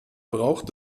braucht